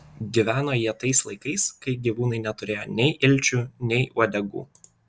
gyveno jie tais laikais kai gyvūnai neturėjo nei ilčių nei uodegų